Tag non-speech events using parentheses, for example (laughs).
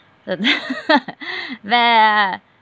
(laughs)